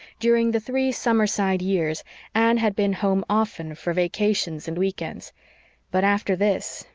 during the three summerside years anne had been home often for vacations and weekends but, after this,